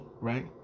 right